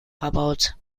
verbaut